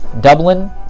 Dublin